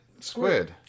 squid